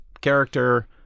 character